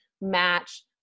match